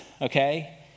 okay